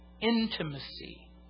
Intimacy